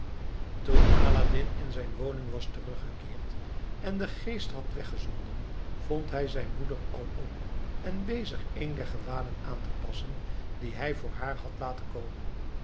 toen aladdin in zijn woning was teruggebracht en den geest had weggezonden vond hij zijn moeder al op en bezig een der gewaden aan te passen die hij voor haar had laten komen